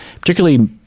particularly